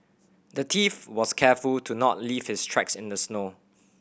the thief was careful to not leave his tracks in the snow